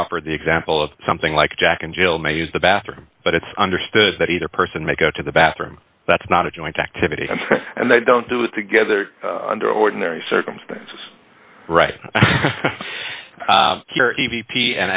they offer the example of something like jack and jill may use the bathroom but it's understood that either person may go to the bathroom that's not a joint activity and they don't do it together under ordinary circumstances right